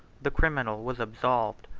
the criminal was absolved,